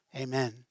Amen